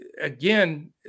again